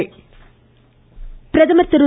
பிரதமர் பிரதமர் திரு